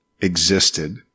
existed